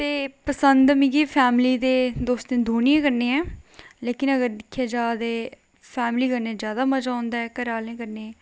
ते पसंद मिगी फैमिली ते दौस्तें दौनें कन्नै ऐ लेकिन अगर दिक्खेआ जा ते फैमिली कन्नै जैदा मजा औंदा ऐ घरै आह्लें कन्नै